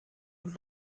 und